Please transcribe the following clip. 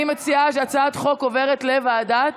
אני מציעה שהצעת החוק תעבור לוועדת,